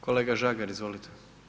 Kolega Žagar, izvolite.